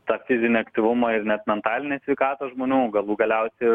tą fizinį aktyvumą ir net mentalinę sveikatą žmonių o galų galiausiai